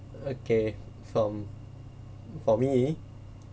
okay from for me